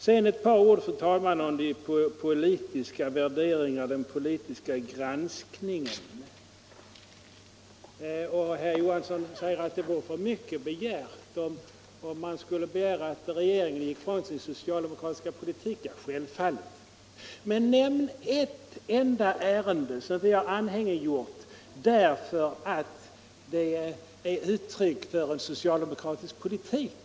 Sedan ett par ord, fru talman, om de politiska värderingarna och den politiska granskningen. Herr Johansson säger att det vore för mycket begärt om regeringen skulle behöva gå ifrån sin socialdemokratiska politik. Självfallet. Nämn ett enda ärende som vi har anhängiggjort därför att det är uttryck för en socialdemokratisk politik!